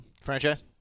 franchise